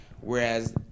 Whereas